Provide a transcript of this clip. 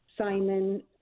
Simon